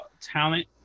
talent